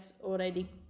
already